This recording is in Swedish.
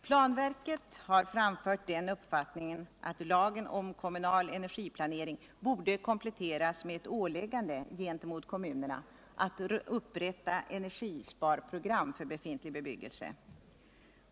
Planverket har framfört den uppfattningen att lagen om kommunal energiplanering borde kompletteras med ett åläggande för kommun att upprätta ett energisparprogram för befintlig bebyggelse.